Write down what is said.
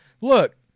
look